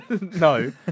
No